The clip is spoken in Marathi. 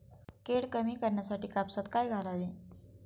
कीड कमी करण्यासाठी कापसात काय घालावे?